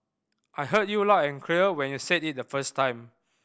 I heard you loud and clear when you said it the first time